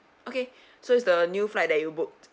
okay so it's the new flight that you book